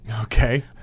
Okay